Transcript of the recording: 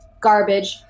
garbage